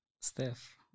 Steph